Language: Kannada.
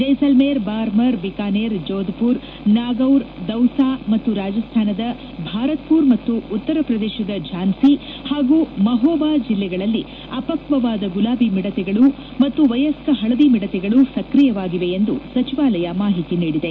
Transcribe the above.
ಜೈಸಲ್ಮೇರ್ ಬಾರ್ಮರ್ ಬಿಕಾನೆರ್ ಜೋಧ್ ಪುರ್ ನಾಗೌರ್ ದೌಸಾ ಮತ್ತು ರಾಜಸ್ದಾನದ ಭಾರತ್ವುರ ಮತ್ತು ಉತ್ತರ ಪ್ರದೇಶದ ಝಾನ್ಸಿ ಮತ್ತು ಮಹೋಬಾ ಜಿಲ್ಲೆಗಳಲ್ಲಿ ಅಪಕ್ಷವಾದ ಗುಲಾಬಿ ಮಿದತೆಗಳು ಮತ್ತು ವಯಸ್ಕ ಹಳದಿ ಮಿಡತೆಗಳು ಸಕ್ರಿಯವಾಗಿವೆ ಎಂದು ಸಚಿವಾಲಯ ಮಾಹಿತಿ ನೀಡಿದೆ